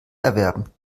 erwerben